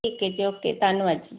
ਠੀਕ ਐ ਜੀ ਓਕੇ ਧੰਨਵਾਦ ਜੀ